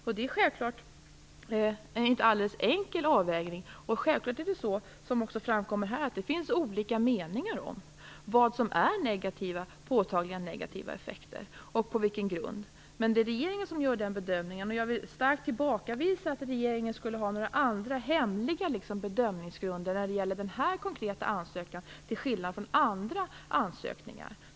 Detta är självfallet en inte alldeles enkel avvägning och det finns, vilket också har framkommit här i debatten, olika meningar om vad som är påtagliga negativa effekter och på vilken grund detta skall bedömas. Men det är regeringen som gör denna bedömning, och jag vill starkt tillbakavisa påståendet att regeringen skulle ha några andra, hemliga bedömningsgrunder för denna konkreta ansökan till skillnad från andra ansökningar.